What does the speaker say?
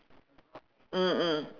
mm mm